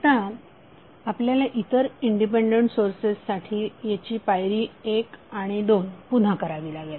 आता आपल्याला इतर इंडिपेंडंट सोर्सेससाठी याची पायरी 1आणि 2 पुन्हा करावी लागेल